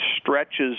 stretches